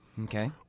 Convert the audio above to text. Okay